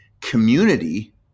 community